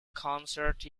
concerts